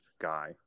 guy